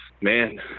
man